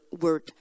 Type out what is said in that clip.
word